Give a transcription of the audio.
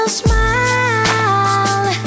smile